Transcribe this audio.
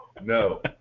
no